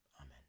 Amen